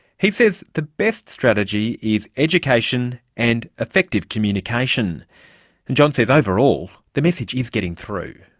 he says the best strategy is education and effective communication. and jon says, overall, the message is getting through.